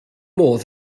modd